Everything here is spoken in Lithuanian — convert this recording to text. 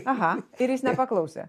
aha ir jis nepaklausė